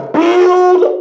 build